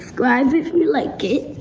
subscribe if you like it.